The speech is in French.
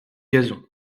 gazon